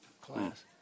class